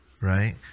right